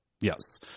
Yes